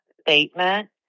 statement